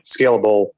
scalable